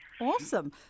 awesome